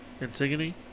Antigone